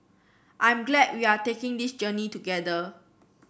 I'm glad we are taking this journey together